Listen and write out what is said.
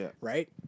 right